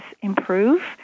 improve